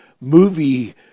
movie